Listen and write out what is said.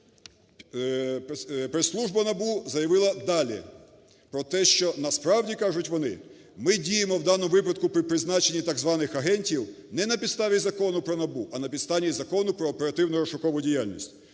прес-служба НАБУ заявила далі про те, що, насправді, кажуть вони, ми діємо в даному випадку при призначенні так званих агентів не на підставі Закону про НАБУ, а на підставі Закону про оперативно-розшукову діяльність.